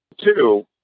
Two